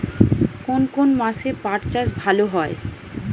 কোন কোন মাসে পাট চাষ ভালো হয়?